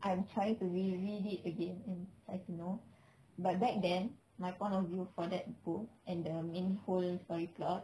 I'm trying to reread it again and try to know but back then my point of view for that book and main whole story plot